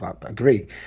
agree